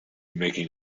making